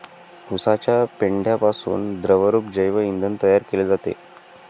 उसाच्या पेंढ्यापासून द्रवरूप जैव इंधन तयार केले जाते